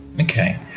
Okay